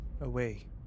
away